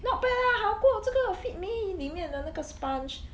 not bad ah 好过这个 Fit Me 里面的那个 sponge